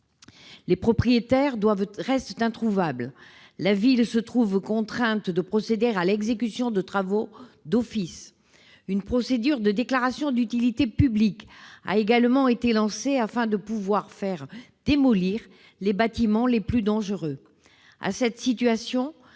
les propriétaires restent introuvables, et la ville se trouve contrainte de procéder à l'exécution de travaux d'office. Une procédure de déclaration d'utilité publique a également été lancée, afin de pouvoir faire démolir les bâtiments les plus dangereux. À cette situation